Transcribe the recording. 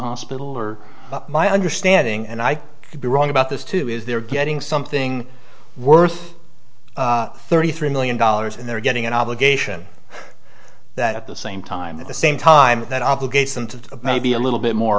hospital or my understanding and i could be wrong about this too is they're getting something worth thirty three million dollars and they're getting an obligation that at the same time at the same time that obligates them to maybe a little bit more